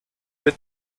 wird